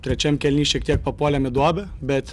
trečiam kėliny šiek tiek papuolėme į duobę bet